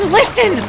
listen